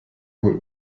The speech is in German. wohl